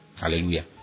Hallelujah